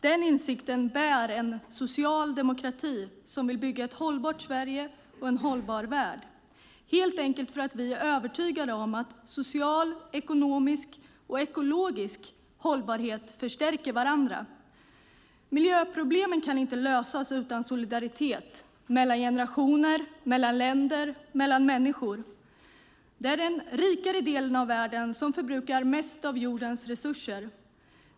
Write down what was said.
Den insikten bär en social demokrati som vill bygga ett hållbart Sverige och en hållbar värld, helt enkelt för att vi är övertygade om att social, ekonomisk och ekologisk hållbarhet förstärker varandra. Miljöproblemen kan inte lösas utan solidaritet mellan generationer, mellan länder och mellan människor. Det är den rikare delen av världen som förbrukar mest av jordens resurser.